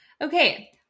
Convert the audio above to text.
Okay